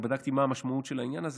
אני בדקתי מה המשמעות של העניין הזה.